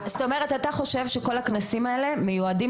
זאת אומרת אתה חושב שכל הכנסים האלה מיועדים